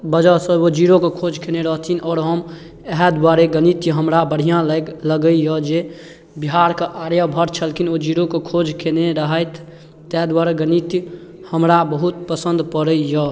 वजहसँ ओ जीरोके खोज कयने रहथिन आओर हम इएह दुआरे गणित जे हमरा बढ़िआँ लागि लगैए जे बिहारके आर्यभट्ट छलखिन ओ जीरोके खोज कयने रहथि ताहि दुआरे गणित हमरा बहुत पसन्द पड़ैए